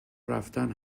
رفتن